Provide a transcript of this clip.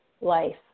life